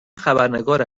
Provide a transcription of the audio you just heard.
خبرنگار